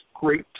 great